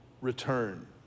return